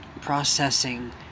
processing